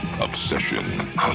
obsession